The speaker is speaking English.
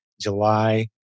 July